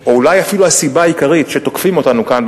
או אולי אפילו הסיבה העיקרית לכך שתוקפים אותנו כאן,